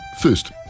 First